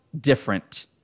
different